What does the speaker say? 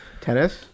Tennis